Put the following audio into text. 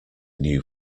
new